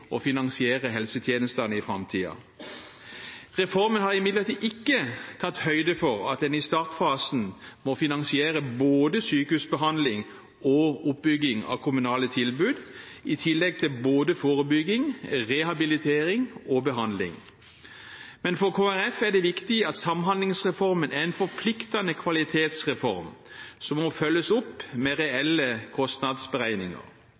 finansiere helsetjenestene i framtiden. Reformen har imidlertid ikke tatt høyde for at en i startfasen må finansiere både sykehusbehandling og oppbygging av kommunale tilbud, i tillegg til både forebygging, rehabilitering og behandling. Men for Kristelig Folkeparti er det viktig at samhandlingsreformen er en forpliktende kvalitetsreform, som må følges opp med